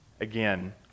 again